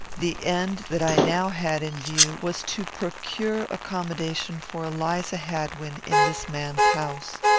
the end that i now had in view was to procure accommodation for eliza hadwin in this man's house.